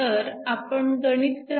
तर आपण गणित क्र